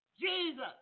Jesus